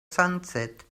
sunset